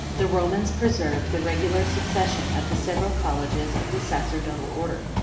the romans preserved the regular succession of the several colleges of the sacerdotal order.